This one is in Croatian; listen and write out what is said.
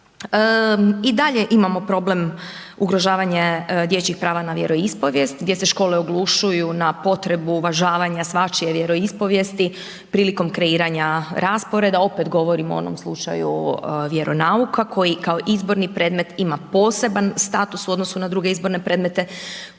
I dalje imamo problem ugrožavanje dječjih prava na vjeroispovjest gdje se škole oglušuju na potrebu uvažavanja svačije vjeroispovjesti prilikom kreiranja rasporeda. Opet govorim o onom slučaju vjeronauka koji kao izborni predmet ima poseban status u odnosu na druge izborne predmete